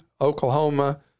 Oklahoma